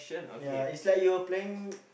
ya it's like you are playing